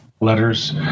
letters